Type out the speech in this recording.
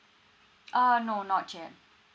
uh no not yet